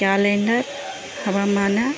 calendar ಹವಾಮಾನ